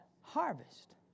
Harvest